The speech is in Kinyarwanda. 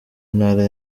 ntara